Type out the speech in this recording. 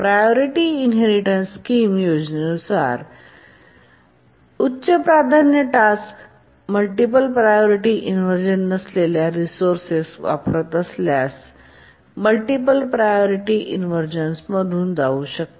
priority inheritance scheme योजने अंतर्गत उच्च प्राधान्य टास्क मल्टिपल प्रायोरिटी इनव्हर्झन नसलेल्या रिसोर्सेस वापर करत असल्यास मल्टिपल प्रायोरिटी इनव्हर्व्हन्समधून जाऊ शकते